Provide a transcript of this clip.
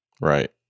Right